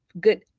good